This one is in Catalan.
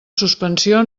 suspensió